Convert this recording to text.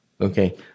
Okay